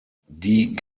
die